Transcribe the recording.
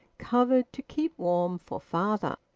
covered, to keep warm for father.